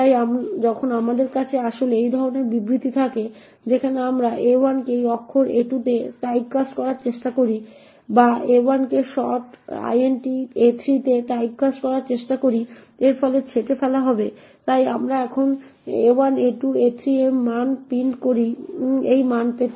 তাই যখন আমাদের কাছে আসলে এই ধরনের বিবৃতি থাকে যেখানে আমরা a1 কে এই অক্ষর a2 তে টাইপকাস্ট করার চেষ্টা করি বা a1 কে শর্ট int a3 তে টাইপকাস্ট করার চেষ্টা করি এর ফলে ছেঁটে ফেলা হবে তাই আমরা এখন a1 a2 এবং a3 এর মান প্রিন্ট করি এই মান পেতে